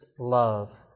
love